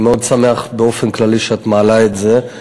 אני מאוד שמח באופן כללי שאת מעלה את זה.